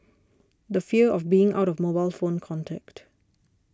the fear of being out of mobile phone contact